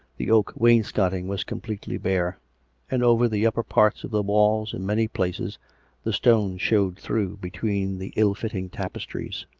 the oak wainscoting was completely bare and over the upper parts of the walls in many places the stones showed through between the ill-fitting tapestries.